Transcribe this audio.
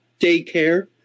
daycare